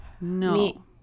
no